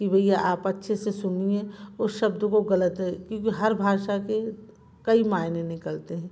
कि भैया आप अच्छे से सुनिए उस शब्द को गलत है क्योंकि हर भाषा के कई मायने निकलते हैं